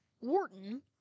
Wharton